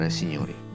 signori